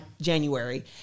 January